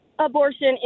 Abortion